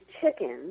chickens